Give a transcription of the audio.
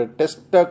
test